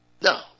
No